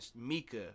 Mika